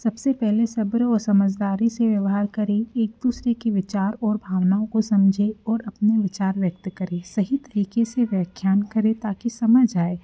सब से पहले सब्र और समझदारी से व्यवहार करें एक दूसरे के विचार और भावनाओं को समझें और अपने विचार व्यक्त करें सही तरीक़े से व्याख्यान करें ताकि समझ आए